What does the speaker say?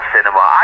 Cinema